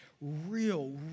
real